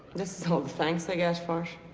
this all the thanks i get for